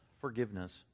forgiveness